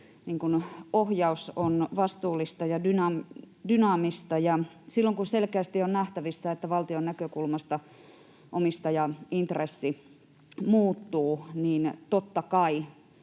ohjaus on vastuullista ja dynaamista. Ja silloin, kun selkeästi on nähtävissä, että valtion näkökulmasta omistajaintressi muuttuu, totta kai